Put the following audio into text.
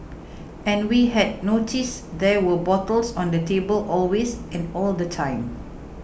and we had noticed there were bottles on the table always and all the time